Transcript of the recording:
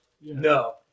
No